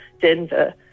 Denver